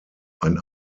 ein